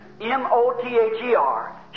M-O-T-H-E-R